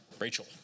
Rachel